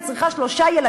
היא הוציאה זכאים